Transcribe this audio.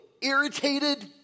irritated